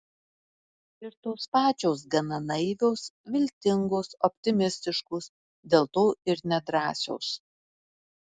ir tos pačios gana naivios viltingos optimistiškos dėl to ir nedrąsios